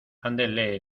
andele